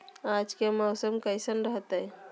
आज के मौसम कैसन रहताई?